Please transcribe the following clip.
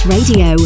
Radio